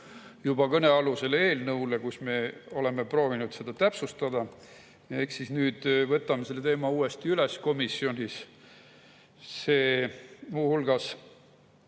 juba kõnealuse eelnõu kohta, kus me oleme proovinud seda täpsustada. Eks siis nüüd võtame selle teema uuesti üles komisjonis. See muu hulgas